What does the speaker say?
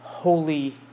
holy